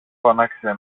φώναξε